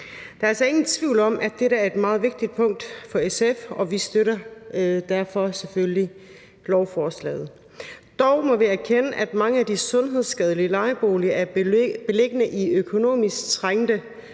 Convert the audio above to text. Der er altså ingen tvivl om, at det her er et meget vigtigt punkt for SF, og derfor støtter vi selvfølgelig lovforslaget. Dog må vi erkende, at mange af de sundhedsskadelige lejeboliger er beliggende i økonomisk trængte